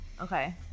Okay